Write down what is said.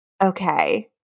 Okay